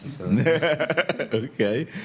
Okay